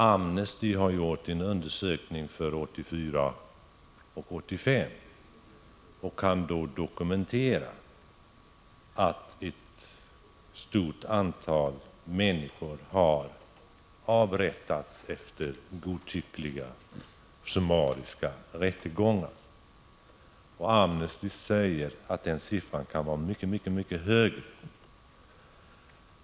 Amnesty har gjort en undersökning för 1984 och 1985 och kan dokumentera att ett stort antal människor har avrättats efter godtyckliga summariska rättegångar. Amnesty säger att det kan vara fråga om många fler.